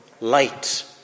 light